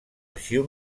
arxiu